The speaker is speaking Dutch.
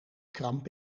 kramp